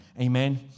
Amen